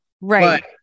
Right